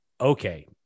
okay